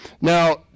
Now